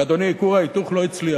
אדוני, כור ההיתוך לא הצליח.